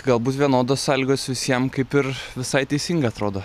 galbūt vienodos sąlygos visiem kaip ir visai teisinga atrodo